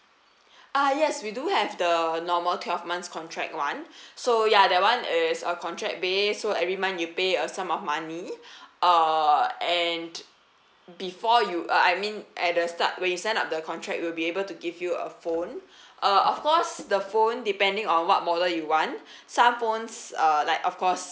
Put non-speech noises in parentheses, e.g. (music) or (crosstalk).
ah yes we do have the normal twelve months contract [one] so ya that [one] is a contract based so every month you pay a sum of money (breath) uh and before you uh I mean at the start when you sign up the contract we'll be able to give you a phone (breath) uh of course the phone depending on what model you want some phones uh like of course